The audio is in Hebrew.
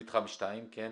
מתחם 7,